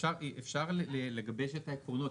אפשר לגבש את העקרונות.